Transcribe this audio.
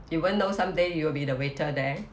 you won't know some day you will be the waiter there